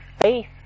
faith